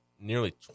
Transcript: nearly